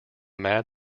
mad